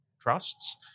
trusts